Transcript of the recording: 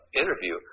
interview